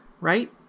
Right